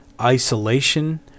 Isolation